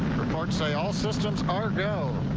guards say all systems are go.